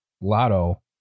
Lotto